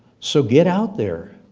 so get out there,